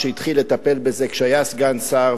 השתדלתי לשמח אותו,